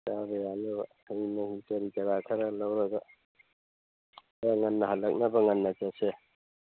ꯆꯥꯕ ꯌꯥꯅꯕ ꯁꯟ ꯅꯨꯡ ꯀꯔꯤ ꯀꯔꯥ ꯈꯔ ꯂꯧꯔꯒ ꯈꯔ ꯉꯟꯅ ꯍꯜꯂꯛꯅꯕ ꯉꯟꯅ ꯆꯠꯁꯦ